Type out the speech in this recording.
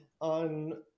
on